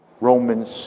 Romans